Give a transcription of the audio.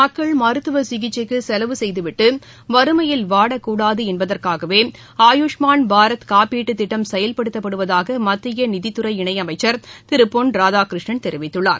மக்கள் மருத்துவ சிகிச்சைக்கு செலவு செய்துவிட்டு வறுமையில் வாடக்கூடாது என்பதற்காகவே ஆயுஷ்மான் பாரத் காப்பீட்டு திட்டம் செயல்படுத்தப்படுவதாக மத்திய நிதித்துறை இணை அமைச்சர் திரு பொன் ராதாகிருஷ்ணன் தெரிவித்துள்ளார்